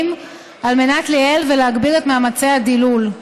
על מנת לייעל ולהגביר את מאמצי הדילול,